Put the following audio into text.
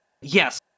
yes